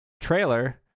trailer